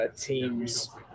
teams